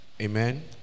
Amen